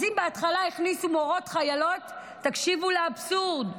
אז בהתחלה הכניסו מורות חיילות, תקשיבו לאבסורד,